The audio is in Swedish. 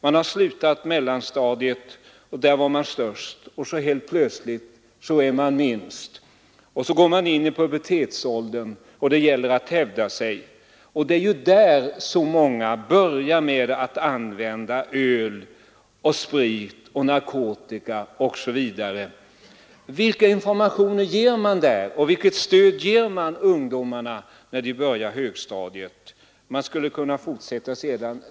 Man har slutat mellanstadiet, där man var störst, och helt plötsligt är man minst. Så går man in i pubertetsåldern, och det gäller att hävda sig. Det är då så många börjar använda öl, sprit, narkotika osv. Vilka informationer lämnar man och vilket stöd ger man ungdomarna när de börjar på högstadiet? Jag skulle kunna fortsätta.